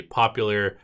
popular